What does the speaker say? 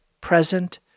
present